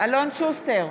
אלון שוסטר,